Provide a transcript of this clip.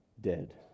dead